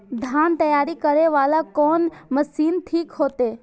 धान तैयारी करे वाला कोन मशीन ठीक होते?